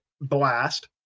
Blast